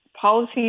policy